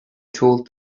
told